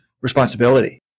responsibility